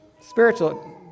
spiritual